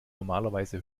normalerweise